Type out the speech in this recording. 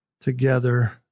together